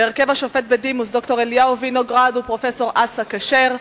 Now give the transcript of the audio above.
בהרכב השופט בדימוס ד"ר אליהו וינוגרד ופרופסור אסא כשר,